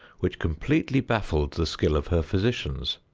which completely baffled the skill of her physicians.